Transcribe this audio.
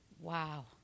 wow